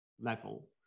level